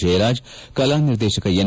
ಜಯರಾಜ್ ಕಲಾನಿರ್ದೇಶಕ ಎನ್